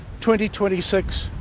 2026